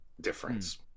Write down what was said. difference